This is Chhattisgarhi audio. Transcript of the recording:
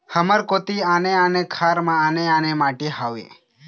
हमर कोती आने आने खार म आने आने माटी हावे?